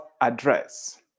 address